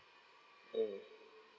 mm